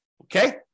okay